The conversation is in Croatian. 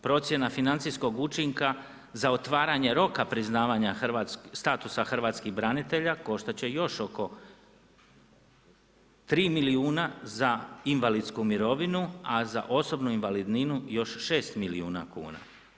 Procjena financijskog učinka za otvaranje roka priznavanja statusa hrvatskih branitelja koštat će još oko 3 milijuna za invalidsku mirovinu, a za osobnu invalidninu još 6 milijuna kuna.